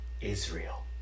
Israel